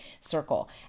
circle